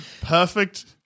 Perfect